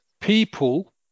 people –